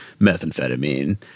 methamphetamine